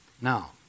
Now